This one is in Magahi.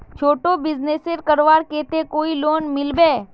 छोटो बिजनेस करवार केते कोई लोन मिलबे?